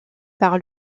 par